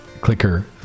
clicker